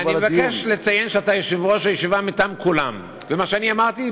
אבקש לציין שאתה יושב-ראש הישיבה מטעם כולם ומה שאני אמרתי,